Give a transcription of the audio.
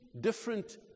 different